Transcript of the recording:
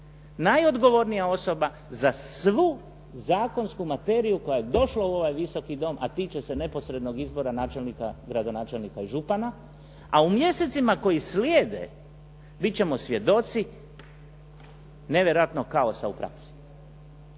najodgovornija osoba za svu zakonsku materiju koja je došla u ovaj Visoki dom, a tiče se neposrednog izbora načelnika, gradonačelnika i župana, a u mjesecima koji slijede bit ćemo svjedoci nevjerojatnog kaosa u praksi